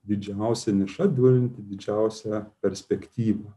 didžiausia niša turinti didžiausią perspektyvą